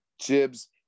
Jibs